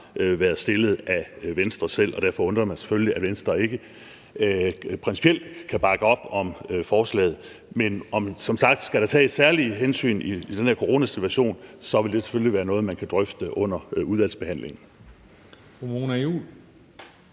været stillet af Venstre selv. Og derfor undrer det mig selvfølgelig, at Venstre ikke principielt kan bakke op om forslaget. Men skal der tages særlige hensyn i den her coronasituation, vil det som sagt selvfølgelig være noget, man kan drøfte under udvalgsbehandlingen.